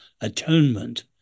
atonement